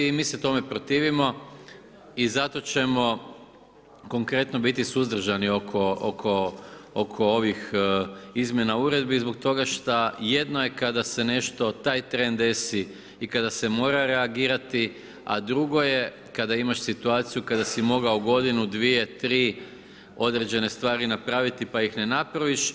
I mi se tome protivimo i zato ćemo, konkretno biti suzdržani oko ovih izmjeni uredbi, zbog toga šta, jedno je kada se nešto, taj tren desi i kada se mora reagirati, a drugo je kada imaš situaciju, kada se mogao godinu, dvije, tri, određene stvari napraviti, pa ih ne napraviš.